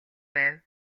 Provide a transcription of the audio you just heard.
байв